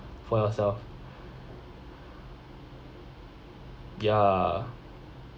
for yourself ya